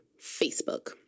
Facebook